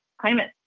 climate